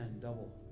double